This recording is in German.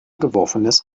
geworfenes